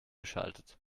geschaltet